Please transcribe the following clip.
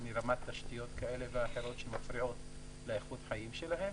מרמת תשתיות כאלה ואחרות שמפריעות לאיכות החיים של התושבים.